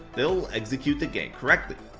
they'll execute the gank correctly.